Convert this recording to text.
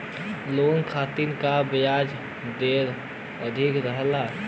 loan खाता क ब्याज दर अधिक रहला